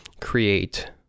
create